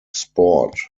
sport